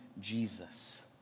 Jesus